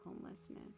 homelessness